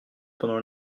pendant